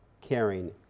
caring